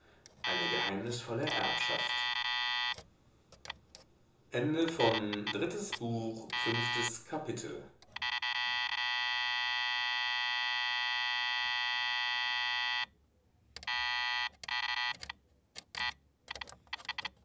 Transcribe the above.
eine geheimnisvolle erbschaft sechstes kapitel